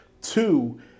Two